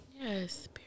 Yes